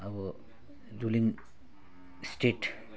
अब ruling state